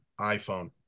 iPhone